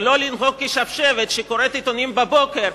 ולא לנהוג כשבשבת שקוראת עיתונים בבוקר,